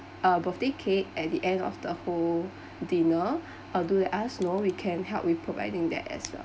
uh birthday cake at the end of the whole dinner uh do let us know we can help with providing that as well